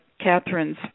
Catherine's